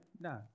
No